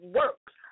works